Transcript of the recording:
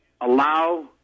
allow